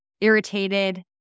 irritated